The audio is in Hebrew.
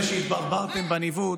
אחרי שהתברברתם בניווט,